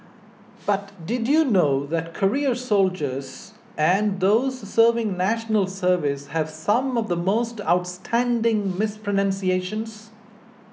but did you know that career soldiers and those serving National Service have some of the most outstanding mispronunciations